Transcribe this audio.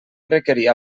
requerir